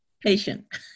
patient